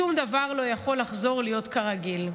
שום דבר לא יכול לחזור להיות כרגיל.